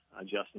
Justin